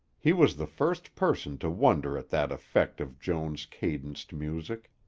he was the first person to wonder at that effect of joan's cadenced music.